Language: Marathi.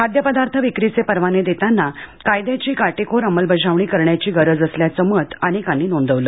खाद्यपदार्थ विक्रीचे परवाने देताना कायद्याची काटेकोर अंमलबजावणी करण्याची गरज असल्याचंही मत अनेकांनी नोंदवलं